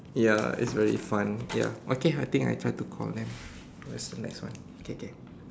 ya it's very fun ya okay I think I try to call them when is the next one K K